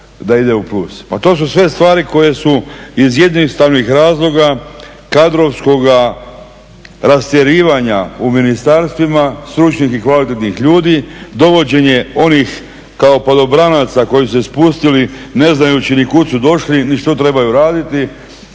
da ide u plus. Pa to su sve stvari koje su iz jednostavnih razloga kadrovskoga rastjerivanja u ministarstvima stručnih i kvalitetnih ljudi, dovođenje onih kao padobranaca koji su se spustili ne znajući ni kud su došli ni što trebaju raditi.